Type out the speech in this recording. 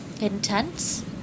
Intense